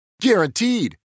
Guaranteed